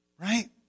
right